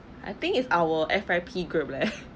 I think it's our F_Y_P group leh